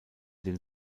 den